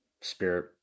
spirit